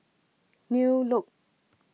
New Look